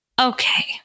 Okay